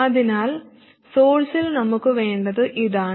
അതിനാൽ സോഴ്സിൽ നമുക്ക് വേണ്ടത് ഇതാണ്